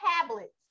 tablets